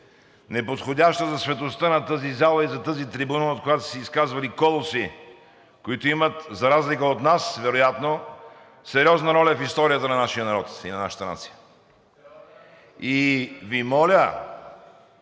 неподходяща за светостта на тази зала и за тази трибуна, от която са се изказвали колоси, които имат, за разлика от нас вероятно, сериозна роля в историята на нашия народ и нашата нация. И Ви моля,